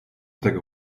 tego